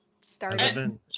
started